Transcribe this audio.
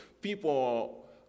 people